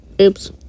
oops